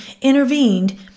intervened